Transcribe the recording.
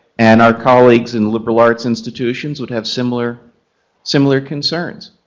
and our colleagues and liberal arts institutions would have similar similar concerns.